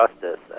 justice